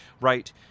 right